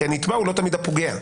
כי הנתבע הוא לא תמיד הפוגע.